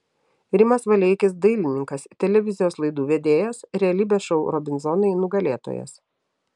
rimas valeikis dailininkas televizijos laidų vedėjas realybės šou robinzonai nugalėtojas